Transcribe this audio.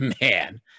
man